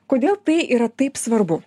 kodėl tai yra taip svarbu